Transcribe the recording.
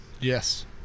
yes